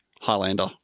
Highlander